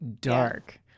dark